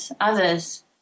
others